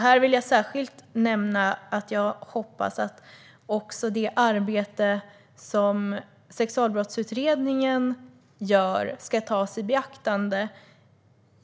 Här vill jag särskilt nämna att jag hoppas att det arbete som Sexualbrottsutredningen gör ska tas i beaktande.